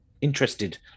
interested